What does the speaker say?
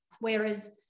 Whereas